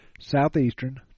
Southeastern